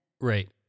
right